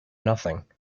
nothing